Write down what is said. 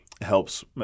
helps